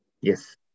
Yes